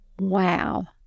Wow